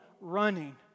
running